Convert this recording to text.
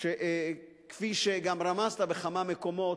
שכפי שגם רמזת בכמה מקומות,